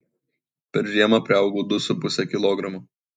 per žiemą priaugau du su puse kilogramo